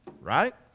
right